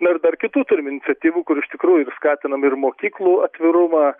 na ir dar kitų turim iniciatyvų kur iš tikrųjų ir skatinam ir mokyklų atvirumą